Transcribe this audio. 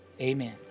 Amen